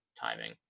timing